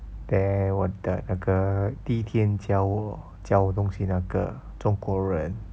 then 我的那个第一天教我教我东西的那个中国人